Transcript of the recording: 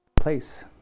Place